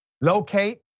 locate